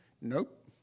Nope